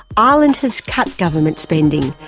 ireland has cut government spending,